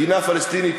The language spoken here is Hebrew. מדינה פלסטינית,